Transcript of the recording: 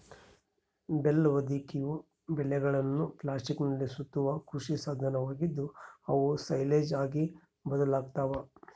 bale ಹೊದಿಕೆಯು ಬೇಲ್ಗಳನ್ನು ಪ್ಲಾಸ್ಟಿಕ್ನಲ್ಲಿ ಸುತ್ತುವ ಕೃಷಿ ಸಾಧನವಾಗಿದ್ದು, ಅವು ಸೈಲೇಜ್ ಆಗಿ ಬದಲಾಗ್ತವ